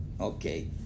Okay